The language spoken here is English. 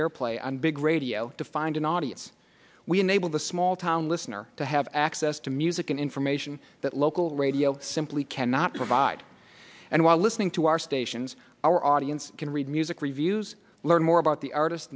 airplay and big radio to find an audience we enable the small town listener to have access to music and information that local radio simply cannot provide and while listening to our stations our audience can read music reviews learn more about the artist